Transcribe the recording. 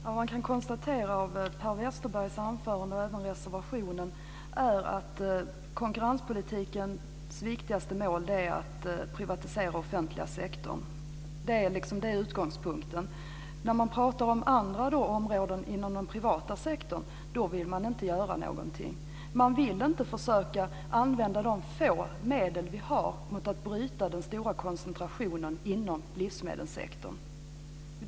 Herr talman! Som en följd av Per Westerbergs anförande - och även reservationen - kan man konstatera att konkurrenspolitikens viktigaste mål är att privatisera den offentliga sektorn. Det är utgångspunkten. När man pratar om andra områden inom den privata sektorn vill man inte göra någonting. Man vill inte försöka använda de få medel som vi har för att bryta den stora koncentrationen inom livsmedelssektorn.